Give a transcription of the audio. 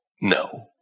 no